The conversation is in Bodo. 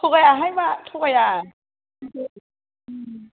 थगायाहाय मा थगाया